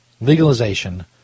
legalization